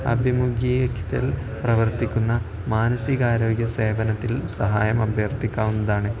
ആഭിമുഖ്യത്തിൽ പ്രവർത്തിക്കുന്ന മാനസിക ആരോഗ്യ സേവനത്തിൽ സഹായം അഭ്യർത്ഥിക്കാവുന്നതാണ്